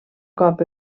cop